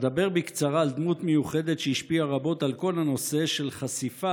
אדבר בקצרה על דמות מיוחדת שהשפיעה רבות על כל הנושא של חשיפת